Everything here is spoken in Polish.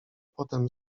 potem